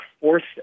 forced